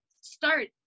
start